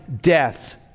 death